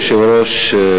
אדוני היושב-ראש,